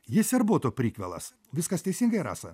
jis ir būtų prikvėlas viskas teisingai rasa